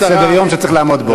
סדר-יום שצריך לעמוד בו.